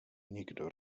nikdo